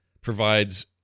provides